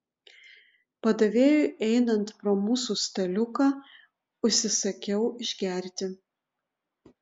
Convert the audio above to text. padavėjui einant pro mūsų staliuką užsisakiau išgerti